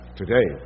today